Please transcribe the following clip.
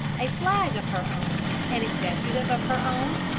a flag of her own, an executive of her own,